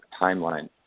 timeline